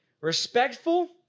respectful